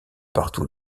partout